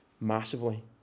massively